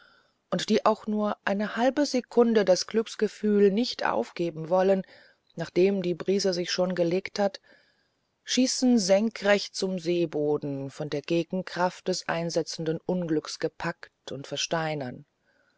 und die auch nur eine halbe sekunde das glücksgefühl nicht aufgeben wollen nachdem die brise sich schon gelegt hat schießen senkrecht zum seeboden von der gegenkraft des einsetzenden unglücks gepackt und versteinert